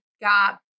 got